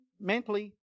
mentally